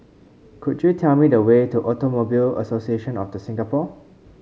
could you tell me the way to Automobile Association of The Singapore